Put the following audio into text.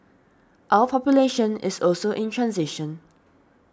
our population is also in transition